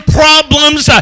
problems